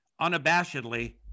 unabashedly